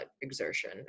exertion